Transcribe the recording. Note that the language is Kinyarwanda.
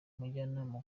ubujyanama